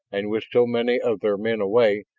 and with so many of their men away,